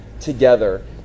together